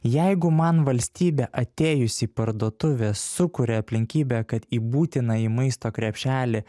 jeigu man valstybė atėjus į parduotuvę sukuria aplinkybę kad į būtinąjį maisto krepšelį